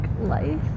life